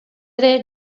ere